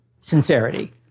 sincerity